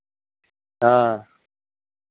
हां